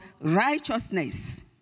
righteousness